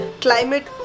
climate